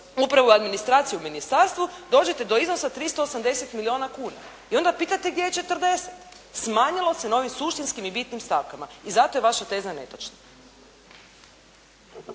upravnu administraciju u ministarstvu, dođete do iznosa 380 milijuna kuna. I onda pitate gdje je 40. smanjilo se na ovim suštinskim i bitnim stavkama . I zato je vaša teza netočna.